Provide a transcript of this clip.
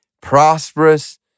prosperous